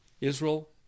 Israel